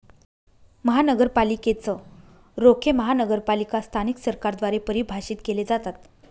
महानगरपालिकेच रोखे महानगरपालिका स्थानिक सरकारद्वारे परिभाषित केले जातात